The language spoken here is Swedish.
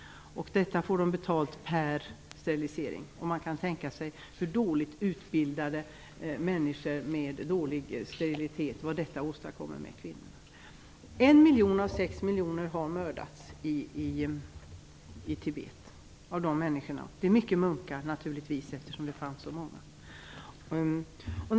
De får betalt per sterilisering. Man kan tänka sig vad dåligt utbildade människor och dåligt utförd sterilisering åstadkommer med kvinnorna! 1 av 6 miljoner människor har mördats i Tibet. Många är naturligtvis munkar. Det var ju så många munkar tidigare.